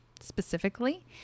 Specifically